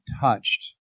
touched